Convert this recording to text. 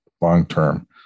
long-term